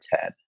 ten